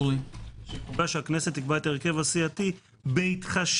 שקובע שהכנסת תקבע את ההרכב הסיעתי בהתחשב